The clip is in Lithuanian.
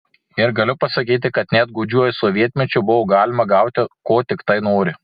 ir galiu pasakyti kad net gūdžiuoju sovietmečiu buvo galima gauti ko tiktai nori